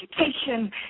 Education